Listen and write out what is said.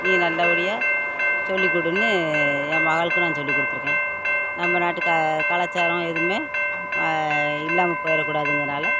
நீ நல்லபடியாக சொல்லிக் கொடுன்னு என் மகளுக்கும் நான் சொல்லி கொடுத்துருக்கேன் நம்ம நாட்டு க கலாச்சாரம் எதுவுமே இல்லாமல் போயிடக்கூடாதுங்கிறனால